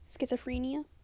Schizophrenia